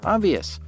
Obvious